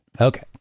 Okay